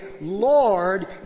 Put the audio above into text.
Lord